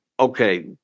okay